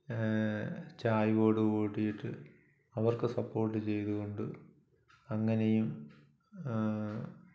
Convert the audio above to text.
ചായ്വോടുകൂടിയിട്ട് അവർക്ക് സപ്പോർട്ട് ചെയ്തുകൊണ്ട് അങ്ങനെയും